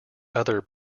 other